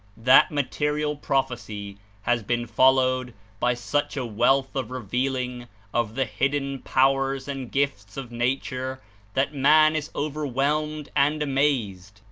that material prophecy has been followed by such a wealth of revealing of the hidden powers and gifts of nature that man is overwhelmed and amazed,